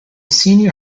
senior